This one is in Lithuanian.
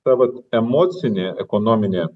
ta vat emocinė ekonominė